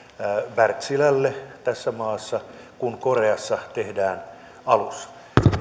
wärtsilälle tässä maassa kun koreassa tehdään alus